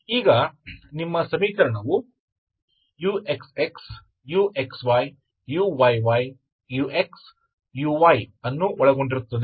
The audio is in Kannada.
ಈಗ ನಿಮ್ಮ ಸಮೀಕರಣವು uxxuxyuyyuxuy ಅನ್ನು ಒಳಗೊಂಡಿರುತ್ತದೆ